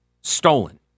stolen